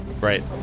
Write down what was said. Right